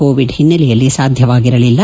Covid ಹಿನ್ನೆಲೆಯಲ್ಲಿ ಸಾಧ್ಯವಾಗಿರಲಿಲ್ಲ